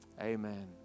Amen